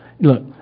look